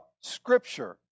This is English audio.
Scripture